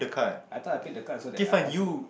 I thought I paid the card so that I ask you